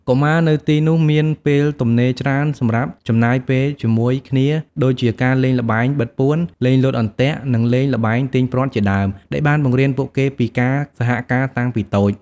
កុមារនៅទីនោះមានពេលទំនេរច្រើនសម្រាប់ចំណាយពេលជាមួយគ្នាដូចជាការលេងល្បែងបិទពួន លេងលោតអន្ទាក់ និងលេងល្បែងទាញព្រ័ត្រជាដើម ដែលបានបង្រៀនពួកគេពីការសហការតាំងពីតូច។